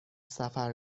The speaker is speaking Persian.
سفر